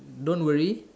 don't worry